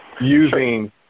using